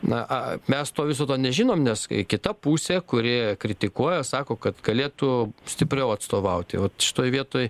na a mes to viso to nežinom nes e kita pusė kuri kritikuoja sako kad galėtų stipriau atstovauti o šitoj vietoj